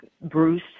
Bruce